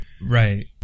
right